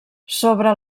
sobre